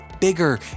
bigger